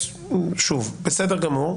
בסדר גמור.